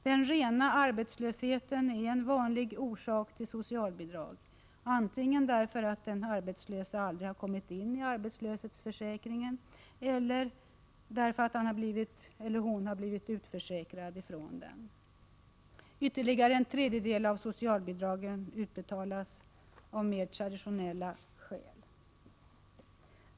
Den rena arbetslösheten är en vanlig orsak till socialbidrag, antingen därför att den arbetslöse aldrig har kommit in i arbetslöshetsförsäkringen eller därför att han eller hon har blivit utförsäkrad från den. Ytterligare en tredjedel av socialbidragen utbetalas av mer traditionella skäl.